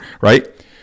right